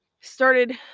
started